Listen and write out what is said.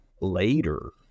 later